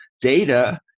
data